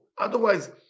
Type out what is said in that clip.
Otherwise